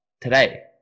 today